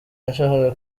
yashakaga